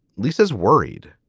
lisa's worried.